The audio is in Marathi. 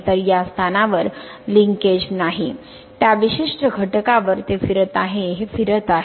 तर या स्थानावर लिंकेज नाही त्या विशिष्ट घटकावर ते फिरत आहे हे फिरत आहे